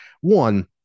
one